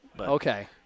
Okay